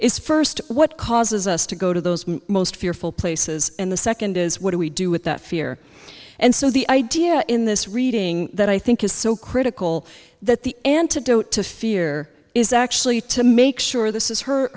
is first what causes us to go to those most fearful places and the second is what do we do with that fear and so the idea in this reading that i think is so critical that the antidote to fear is actually to make sure this is her